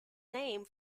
name